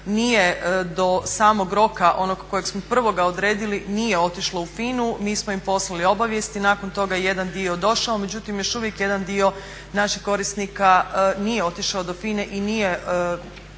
nije do samog roka onog kojeg smo prvoga odredili nije otišlo u FINA-u, nismo im poslali obavijesti. Nakon toga jedan dio je došao, međutim još uvijek jedan dio naših korisnika nije otišao do FINA-e i nije